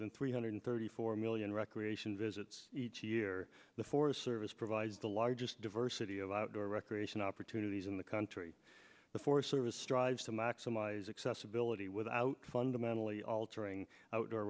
than three hundred thirty four million recreation visits each year the forest service provides the largest diversity of outdoor recreation opportunities in the country the forest service strives to maximize accessibility without fundamentally altering o